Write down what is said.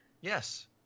Yes